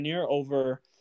over